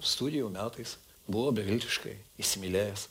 studijų metais buvo beviltiškai įsimylėjęs